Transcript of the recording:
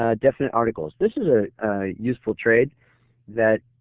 ah definite articles. this is ah useful trade that